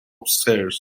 upstairs